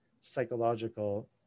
psychological